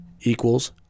equals